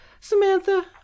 Samantha